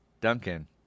Duncan